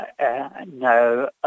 no